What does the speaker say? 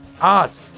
art